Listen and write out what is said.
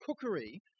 cookery